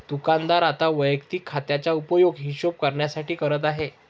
दुकानदार आता वैयक्तिक खात्याचा उपयोग हिशोब करण्यासाठी करत आहे